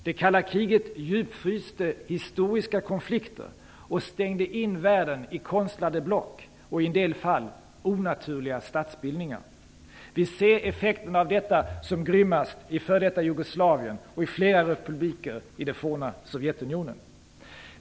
Det kalla kriget djupfryste historiska konflikter och stängde in världen i konstlade block och, i en del fall, onaturliga statsbildningar. Vi ser effekterna av detta som grymmast i f.d. Jugoslavien och i flera republiker i det forna Sovjetunionen.